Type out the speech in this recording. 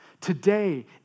Today